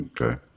Okay